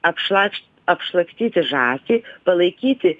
apšlakš apšlakstyti žąsį palaikyti